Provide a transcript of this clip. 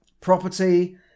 property